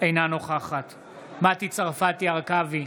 אינה נוכחת מטי צרפתי הרכבי,